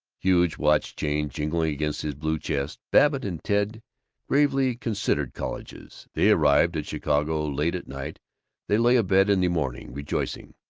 huge watch-chain jingling against his blue chest, babbitt and ted gravely considered colleges. they arrived at chicago late at night they lay abed in the morning, rejoicing,